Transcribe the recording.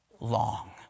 Long